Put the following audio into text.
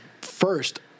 first